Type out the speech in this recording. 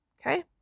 Okay